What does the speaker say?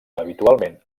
habitualment